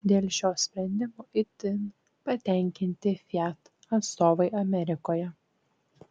dėl šio sprendimo itin patenkinti fiat atstovai amerikoje